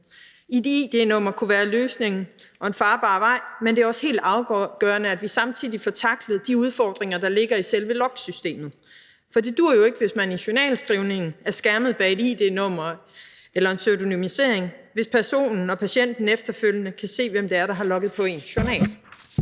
Et id-nummer kunne være en løsning og en farbar vej, men det er også helt afgørende, at vi samtidig får tacklet de udfordringer, der ligger i selve logsystemet, for det duer jo ikke, hvis man i journalskrivningen er skærmet bag et id-nummer eller en pseudonymisering, hvis personen og patienten efterfølgende kan se, hvem der har været logget ind på journalen.